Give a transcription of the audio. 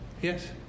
Yes